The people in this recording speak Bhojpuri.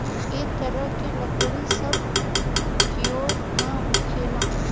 ए तरह के लकड़ी सब कियोर ना होखेला